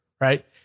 right